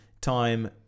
time